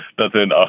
but then, ah